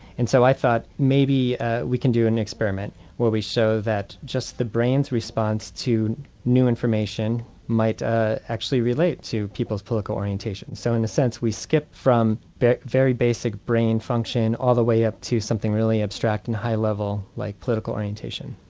and so i thought maybe we can do an experiment where we show so that just the brain's response to new information might ah actually relate to people's political orientation. so in a sense we skipped from that very basic brain function all the way up to something really abstract and high level like political orientation.